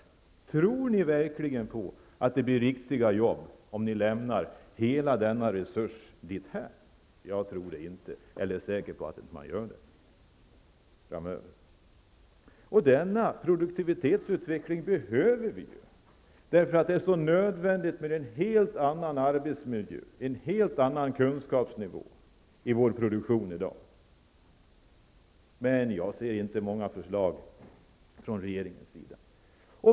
Tror ni verkligen på att det blir riktiga jobb, om ni lämnar hela denna resurs därhän? Jag är säker på att det inte blir några. Produktivitetsutveckling behöver vi ju. Därför är det nödvändigt med en helt annan arbetsmiljö och en helt annan kunskapsnivå i vår produktion. Men jag ser inte många förslag från regeringens sida.